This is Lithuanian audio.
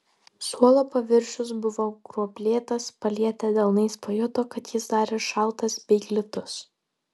suolo paviršius buvo gruoblėtas palietę delnais pajuto kad jis dar ir šaltas bei glitus